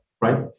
right